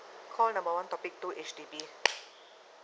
call number one topic two H_D_B